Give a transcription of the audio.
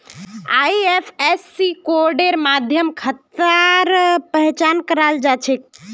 IFSC कोडेर माध्यम खातार पहचान कराल जा छेक